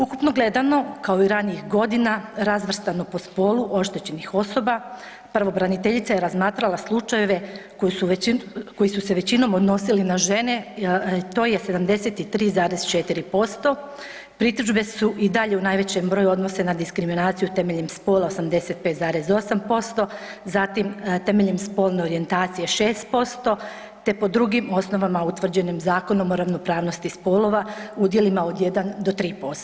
Ukupno gledano kao i ranijih godina razvrstano po spolu oštećenih osoba pravobraniteljica je razmatrala slučajeve koji su većinom, koji su se većinom odnosili na žene to je 73,4%, pritužbe su i dalje u najvećem broju odnose na diskriminaciju temeljem spola 85,8%, zatim temeljem spolne orijentacije 6% te po drugim osnovama utvrđenim zakonom o ravnopravnosti spolova udjelima od 1 do 3%